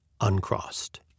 uncrossed